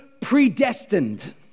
predestined